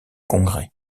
congrès